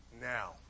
now